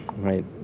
Right